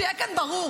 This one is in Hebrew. שיהיה כאן ברור: